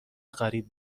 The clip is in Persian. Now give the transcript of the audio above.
قریب